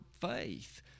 faith